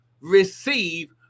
receive